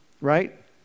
Right